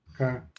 Okay